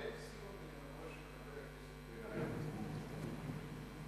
אפשר לבקש ממך טובה?